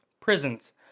Prisons